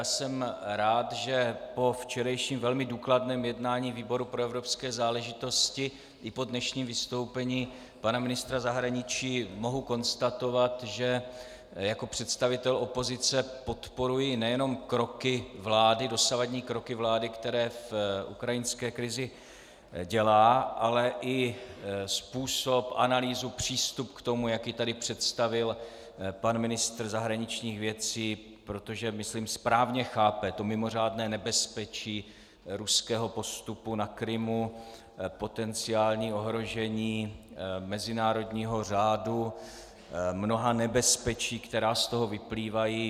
Jsem rád, že po včerejším velmi důkladném jednání výboru pro evropské záležitosti i po dnešním vystoupení pana ministra zahraničí mohu konstatovat, že jako představitel opozice podporuji nejenom kroky vlády, dosavadní kroky vlády, které v ukrajinské krizi dělá, ale i způsob, analýzu, přístup k tomu, jak je tady představil pan ministr zahraničních věcí, protože, myslím, správně chápe to mimořádné nebezpečí ruského postupu na Krymu, potenciální ohrožení mezinárodního řádu, mnoha nebezpečí, která z toho vyplývají.